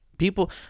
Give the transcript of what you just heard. People